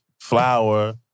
flour